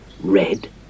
red